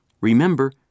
Remember